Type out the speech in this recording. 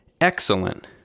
Excellent